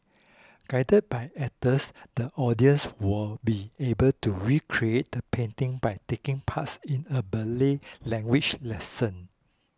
guided by actors the audience will be able to recreate the painting by taking parts in a Malay language lesson